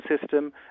system